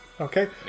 Okay